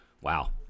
wow